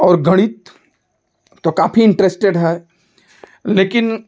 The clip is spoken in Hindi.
और गणित तो काफ़ी इंटरस्टेड है लेकिन